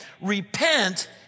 Repent